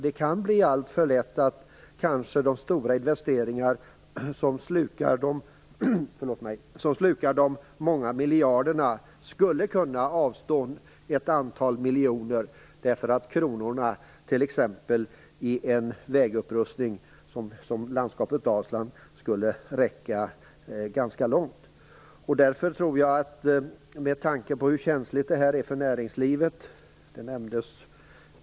De stora investeringarna, som slukar de många miljarderna, skulle kunna avstå ett antal miljoner. Kronorna skulle räcka ganska långt vid t.ex. en vägupprustning i landskapet Dalsland. Detta är känsligt bl.a. för näringslivet.